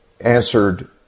answered